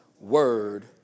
Word